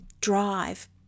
drive